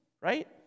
right